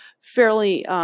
fairly –